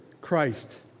Christ